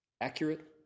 accurate